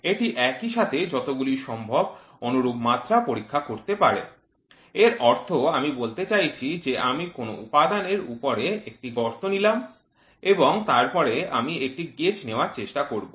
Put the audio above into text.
এটি একইসাথে যতগুলি সম্ভব অনুরূপ মাত্রা পরীক্ষা করে এর অর্থ আমি বলতে চাইছি যে আমি কোন উপাদানের উপরে একটি গর্ত নিলাম এবং তারপরে আমি একটি গেজ নেওয়ার চেষ্টা করব